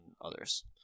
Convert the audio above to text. others